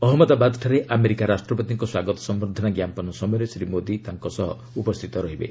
ଅହମ୍ମଦାବାଦଠାରେ America ରାଷ୍ଟ୍ରପତିଙ୍କ ସ୍ୱାଗତ ସମ୍ଭର୍ଦ୍ଧନା ଜ୍ଞାପନ ସମୟରେ ଶ୍ରୀ ମୋଦି ତାଙ୍କ ସହ ଉପସ୍ଥିତ ରହିବେ